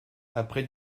après